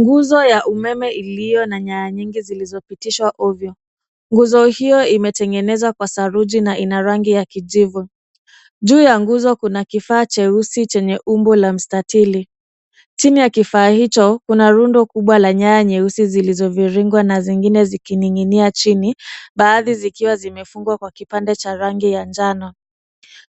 Nguzo ya umeme iliyona nyaya nyingi zilizopitishwa ovyo. Nguzo hiyo imetengenezwa kwa saruji na ina rangi ya kijivu. Juu ya nguzo kuna kifaa cheusi chenye umbo la mstatili. Chini ya kifaa hicho, kuna rundo kubwa la nyaya nyeusi zilizoviringwa na zingine zikining'inia chini, baadhi zikiwa zimefungwa kwa kipande cha rangi ya njano.